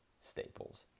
Staples